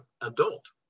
adult